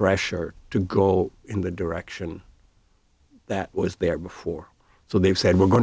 rush to go in the direction that was there before so they've said we're going to